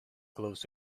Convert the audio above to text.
gloves